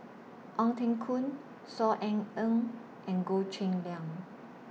Ong Teng Koon Saw Ean Ang and Goh Cheng Liang